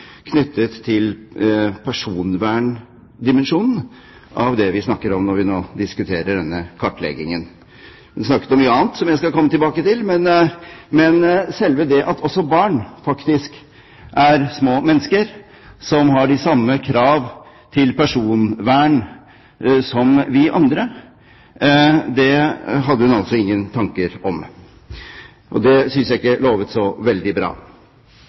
knyttet til personverndimensjonen i det vi snakker om, når vi nå diskuterer denne kartleggingen. Hun snakket om mye annet som jeg skal komme tilbake til, men selve det at barn faktisk er små mennesker som har de samme kravene til personvern som oss andre, hadde hun ingen tanker om. Det synes jeg ikke lovet så veldig bra.